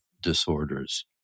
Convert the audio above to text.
disorders